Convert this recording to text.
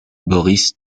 boris